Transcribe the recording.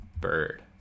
Bird